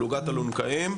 פלוגת אלונקאים.